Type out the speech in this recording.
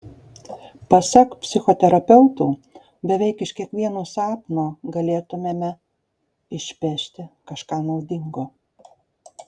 pasak psichoterapeutų beveik iš kiekvieno sapno galėtumėme išpešti kažką naudingo